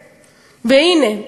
והנה,